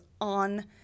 on